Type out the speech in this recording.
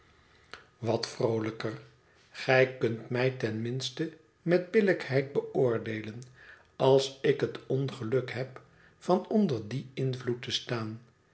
wat vroolijker gij zult mij ten minste met billijkheid beoordeelen als ik het ongeluk heb van onder dien invloed te staan